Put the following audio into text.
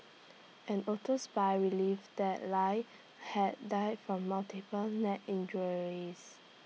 an auto spy relive that lie had died from multiple neck injuries